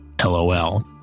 LOL